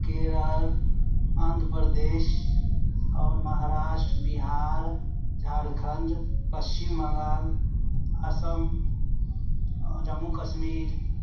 केरल आंध्रप्रदेश आओर महाराष्ट्र बिहार झारखंड पश्चिम बंगाल असम जम्मू कश्मीर